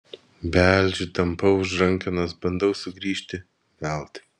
beldžiu tampau už rankenos bandau sugrįžti veltui